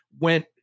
went